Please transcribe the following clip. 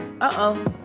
Uh-oh